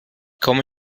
komme